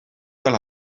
fel